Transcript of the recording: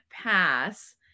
pass